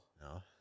no